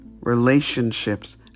relationships